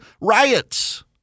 riots